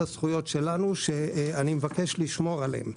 הזכויות שלנו שאני מבקש לשמור עליהן.